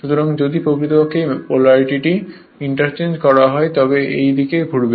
সুতরাং যদি প্রকৃতপক্ষে এই পোলারিটি ইন্টারচেঞ্জ করা হয় তবে এটি একই দিকে ঘুরবে